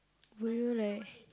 would you like